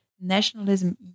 nationalism